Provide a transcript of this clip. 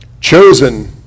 chosen